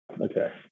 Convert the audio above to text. okay